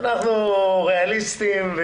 אנחנו ריאליסטיים.